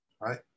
right